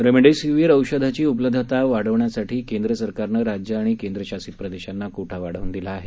remdesivir औषधाची उपलब्धता वाढवण्यासाठी केंद्रसरकारने राज्य आणि केंद्रशासित प्रदेशांना कोटा वाढवून दिला आहे